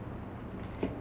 oh okay